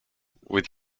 with